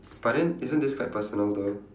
but then isn't this quite personal though